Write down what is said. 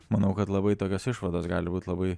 manau kad labai tokios išvados gali būt labai